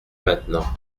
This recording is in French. maintenant